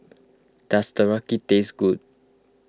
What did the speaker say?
does Teriyaki taste good